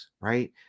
right